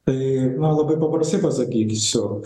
tai na labai paprastai pasakysiu